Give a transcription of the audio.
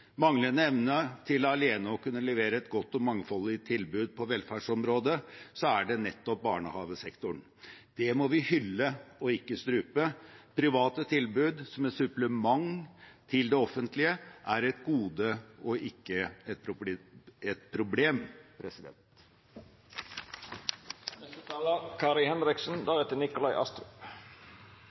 manglende evne til alene å kunne levere et godt og mangfoldig tilbud på velferdsområdet, er det nettopp barnehagesektoren. Det må vi hylle og ikke strupe. Private tilbud som et supplement til det offentlige er et gode og ikke et problem. I årets valg viste velgerne tydelig at de ønsket et